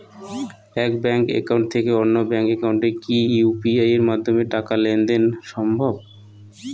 এক bank account থেকে অন্য ব্যাংক একাউন্টে কি ইউ.পি.আই মাধ্যমে টাকার লেনদেন দেন সম্ভব?